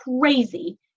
crazy